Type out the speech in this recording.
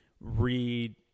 read